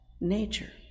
nature